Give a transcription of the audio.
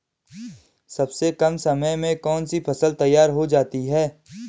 सबसे कम समय में कौन सी फसल तैयार हो जाती है?